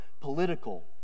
political